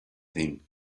thing